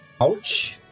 Ouch